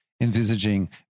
envisaging